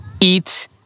eat